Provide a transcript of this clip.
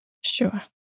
Sure